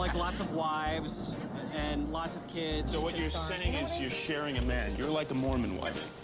like lots of wives and lots of kids. so what you're saying is you're sharing a man, you're like a mormon wife.